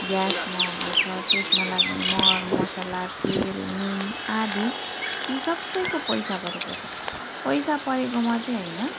gas महँगो छ त्यसमा लाग्ने मरमसाला तेल नुन आदि ती सबैको पैसा परेको छ पैसा परेको मात्रै होइन